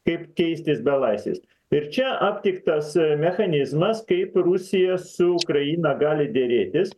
kaip keistis belaisviais ir čia aptiktas mechanizmas kaip rusija su ukraina gali derėtis